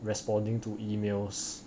responding to emails